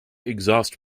exhaust